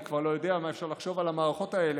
אני כבר לא יודע מה אפשר לחשוב על המערכות האלה,